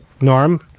Norm